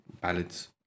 ballads